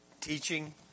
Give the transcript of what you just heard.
Teaching